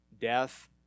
death